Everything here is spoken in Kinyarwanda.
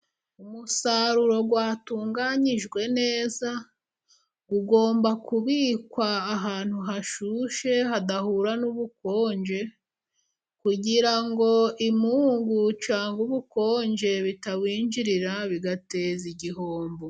Umusaruro watunganyijwe neza, ugomba kubikwa ahantu hashyushye hadahura n'ubukonje, kugira ngo imungu, cyangwa ubukonje bitawinjirira bigateza igihombo.